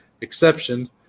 exception